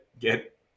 get